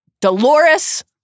Dolores